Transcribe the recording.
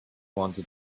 wanted